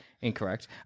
Incorrect